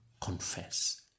confess